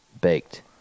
baked